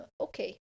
okay